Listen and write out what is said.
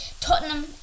Tottenham